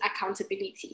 accountability